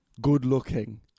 Good-looking